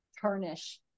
tarnish